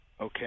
Okay